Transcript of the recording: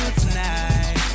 tonight